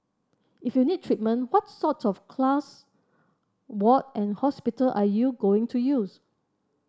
if you need treatment what's sort of class ward and hospital are you going to use